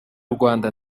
rwanda